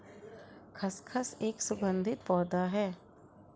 खसखस एक सुगंधित पौधा है